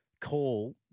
Call